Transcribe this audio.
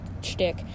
shtick